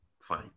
Fine